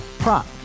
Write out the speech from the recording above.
Prop